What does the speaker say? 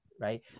Right